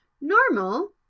Normal